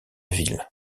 ville